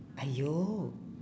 !aiyo!